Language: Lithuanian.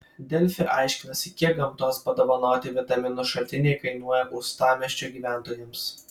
delfi aiškinasi kiek gamtos padovanoti vitaminų šaltiniai kainuoja uostamiesčio gyventojams